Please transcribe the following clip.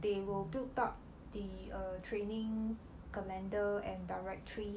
they will build up the err training calendar and directory